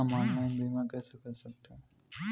हम ऑनलाइन बीमा कैसे कर सकते हैं?